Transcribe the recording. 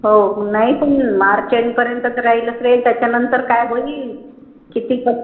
हो नाही पण मार्च एंडपर्यंत तर राहीलच रे त्याच्यानंतर काय होईल किती क